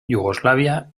yugoslavia